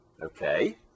Okay